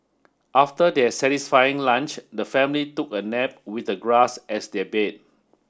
after their satisfying lunch the family took a nap with the grass as their bed